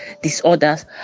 disorders